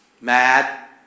mad